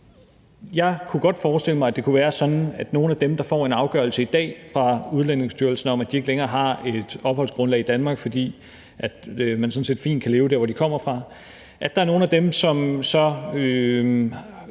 det kunne være sådan, at nogle af dem, der i dag får en afgørelse fra Udlændingestyrelsen om, at de ikke længere har et opholdsgrundlag i Danmark, fordi man sådan set fint kan leve der, hvor de kommer fra, sådan bare pr. automatik får